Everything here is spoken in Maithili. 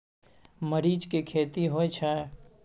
मरीच के खेती होय छय?